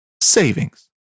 savings